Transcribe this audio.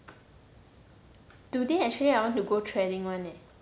today I actually want to go threading [one] leh